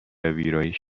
ویرایش